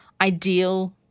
ideal